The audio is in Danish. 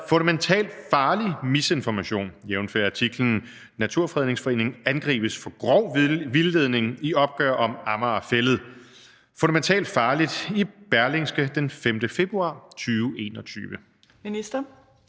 »fundamentalt farlig« misinformation, jf. artiklen »Naturfredningsforening angribes for grov vildledning i opgør om Amager Fælled: »Fundamentalt farligt« i Berlingske den 5. februar 2021? Fjerde